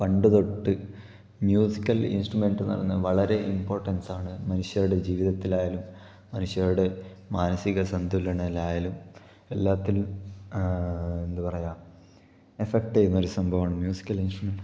പണ്ടു തൊട്ട് musical instruments എന്ന് പറയുന്നത് വളരെ ഇമ്പോര്ട്ടന്സാണ് മനുഷ്യരുടെ ജീവിതത്തിലായാലും മനുഷ്യരുടെ മാനസിക സന്ധുലനയിൽ ആയാലും എല്ലാത്തിലും എന്ത് പറയുക എഫ്ഫക്റ്റ് ചെയ്യുന്നൊരു സംഭവമാണ് മ്യൂസിക്കല് ഇന്സ്ട്രമെന്റ്